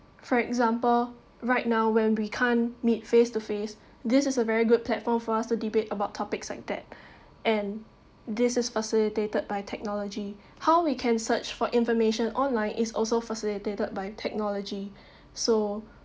for example right now when we can't meet face to face this is a very good platform for us to debate about topics like that and this is facilitated by technology how we can search for information online is also facilitated by technology so